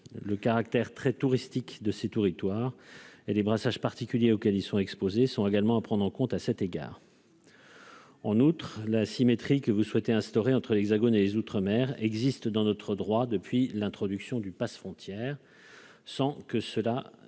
le caractère très touristique de ces tueries Touaregs et les brassages particuliers auxquels ils sont exposés sont également à prendre en compte à cet égard. En outre, la symétrie que vous souhaitez instaurer entre l'Hexagone et les Outre-Mer existe dans notre droit depuis l'introduction du Pass Frontières sans que cela et soulever